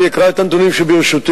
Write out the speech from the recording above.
אני אקרא את הנתונים שברשותי,